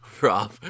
rob